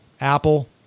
Apple